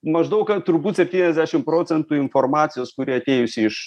maždaug turbūt septyniasdešim procentų informacijos kuri atėjusi iš